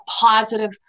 positive